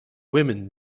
women